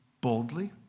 boldly